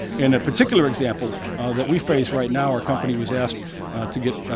in a particular example that we face right now, our company was asked to get,